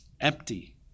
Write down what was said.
empty